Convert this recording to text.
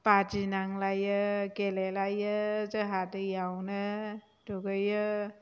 बादि नांलायो गेलेलायो जोंहा दैयावनो दुगैयो